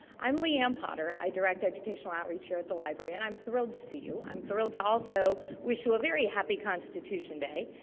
i'm lee ann potter, i direct educational outreach here at the library. and, i'm thrilled to see you. i'm thrilled to also wish you a very happy constitution day.